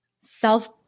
self